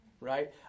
right